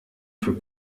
für